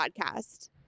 podcast